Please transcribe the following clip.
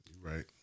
right